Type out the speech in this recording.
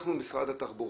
לקחנו את משרד התחבורה,